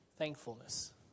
Thankfulness